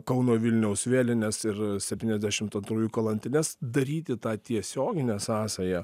kauno vilniaus vėlines ir septyniasdešimt antrųjų kalantines daryti tą tiesioginę sąsają